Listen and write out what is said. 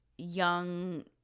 young